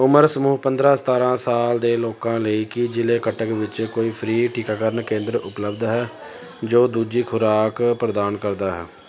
ਉਮਰ ਸਮੂਹ ਪੰਦਰ੍ਹਾਂ ਸਤਾਰ੍ਹਾਂ ਸਾਲ ਦੇ ਲੋਕਾਂ ਲਈ ਕੀ ਜ਼ਿਲ੍ਹੇ ਕਟਕ ਵਿੱਚ ਕੋਈ ਫ੍ਰੀ ਟੀਕਾਕਰਨ ਕੇਂਦਰ ਉਪਲਬਧ ਹੈ ਜੋ ਦੂਜੀ ਖੁਰਾਕ ਪ੍ਰਦਾਨ ਕਰਦਾ ਹੈ